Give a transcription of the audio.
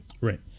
Right